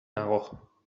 nago